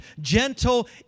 gentle